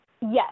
Yes